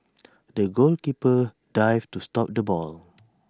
the goalkeeper dived to stop the ball